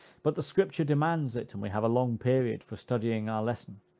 but the scripture demands it, and we have a long period for studying our lesson.